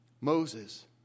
Moses